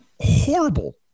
horrible